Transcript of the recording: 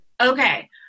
Okay